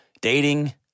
dating